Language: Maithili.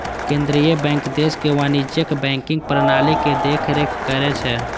केंद्रीय बैंक देशक वाणिज्यिक बैंकिंग प्रणालीक देखरेख करै छै